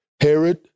Herod